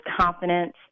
confidence